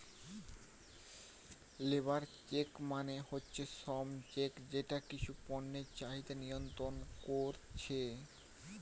labour check মানে হচ্ছে শ্রম চেক যেটা কিছু পণ্যের চাহিদা নিয়ন্ত্রণ কোরছে